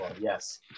yes